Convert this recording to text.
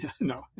no